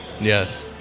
Yes